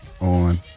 on